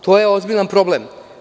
To je ozbiljan problem.